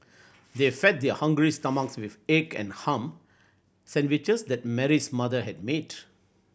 they fed their hungry stomachs with egg and ham sandwiches that Mary's mother had made